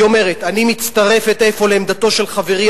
והיא אומרת: "אני מצטרפת אפוא לעמדתו של חברי,